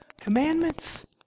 commandments